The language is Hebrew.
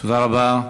תודה רבה.